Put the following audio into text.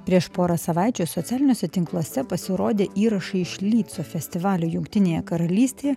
prieš porą savaičių socialiniuose tinkluose pasirodė įrašai iš lyco festivalio jungtinėje karalystėje